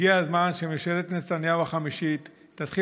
הגיע הזמן שממשלת נתניהו החמישית תתחיל